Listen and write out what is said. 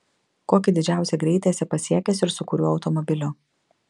kokį didžiausią greitį esi pasiekęs ir su kuriuo automobiliu